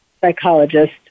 psychologist